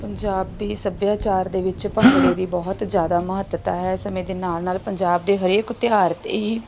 ਪੰਜਾਬੀ ਸੱਭਿਆਚਾਰ ਦੇ ਵਿੱਚ ਭੰਗੜੇ ਦੀ ਬਹੁਤ ਜ਼ਿਆਦਾ ਮਹੱਤਤਾ ਹੈ ਸਮੇਂ ਦੇ ਨਾਲ ਨਾਲ ਪੰਜਾਬ ਦੇ ਹਰੇਕ ਤਿਉਹਾਰ 'ਤੇ ਹੀ